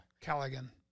callaghan